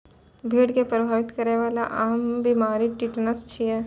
भेड़ क प्रभावित करै वाला आम बीमारी टिटनस छिकै